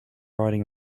riding